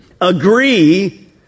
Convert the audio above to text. agree